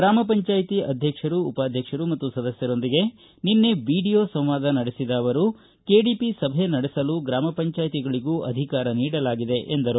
ಗ್ರಾಮ ಪಂಚಾಯಿ ಅಧ್ಯಕ್ಷರು ಉಪಾಧ್ಯಕ್ಷರು ಮತ್ತು ಸದಸ್ಯರೊಂದಿಗೆ ನಿನ್ನೆ ವಿಡಿಯೊ ಸಂವಾದ ನಡೆಸಿದ ಅವರು ಕೆಡಿಪಿ ಸಭೆ ನಡೆಸಲು ಗ್ರಾಮ ಪಂಚಾಯ್ತಿಗಳಿಗೂ ಅಧಿಕಾರ ನೀಡಲಾಗಿದೆ ಎಂದರು